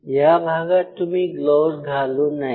या भागात तुम्ही ग्लोवज घालू नये